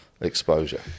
Exposure